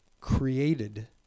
created